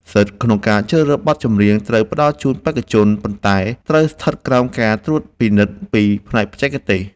សិទ្ធិក្នុងការជ្រើសរើសបទចម្រៀងត្រូវផ្ដល់ជូនបេក្ខជន ប៉ុន្តែ ត្រូវស្ថិតក្រោមការត្រួតពិនិត្យពីផ្នែកបច្ចេកទេស។